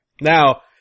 Now